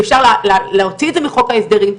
אפשר להוציא את זה מחוק ההסדרים,